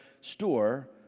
store